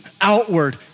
outward